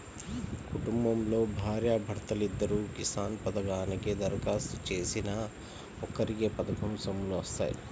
కుటుంబంలో భార్యా భర్తలిద్దరూ కిసాన్ పథకానికి దరఖాస్తు చేసినా ఒక్కరికే పథకం సొమ్ములు వత్తాయి